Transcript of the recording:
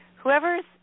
whoever's